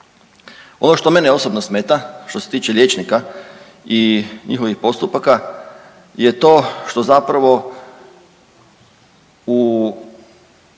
Ono što mene osobno smeta što se tiče liječnika i njihovih postupaka je to što zapravo u